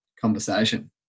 conversation